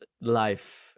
life